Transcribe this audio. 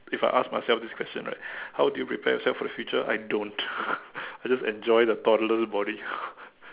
if I ask myself this question right how do you prepare yourself for the future I don't I just enjoy the toddler's body